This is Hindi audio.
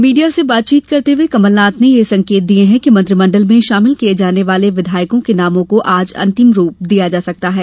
मीडिया से बातचीत करते हुए कमलनाथ ने यह संकेत दिये कि मंत्रीमंडल में शामिल किये जाने वाले विधायकों के नामों को आज अंतिम रूप दिया जा सकता है